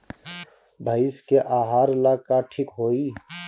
भइस के आहार ला का ठिक होई?